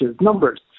numbers